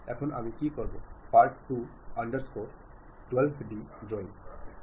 এখন আমি কি করব পার্ট 2 আন্ডারস্কোর 2 d ড্রয়িং